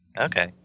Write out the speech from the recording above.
Okay